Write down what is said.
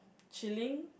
chilling